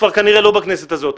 כבר כנראה לא בכנסת הזאת,